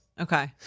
Okay